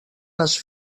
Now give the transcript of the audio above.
les